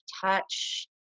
touch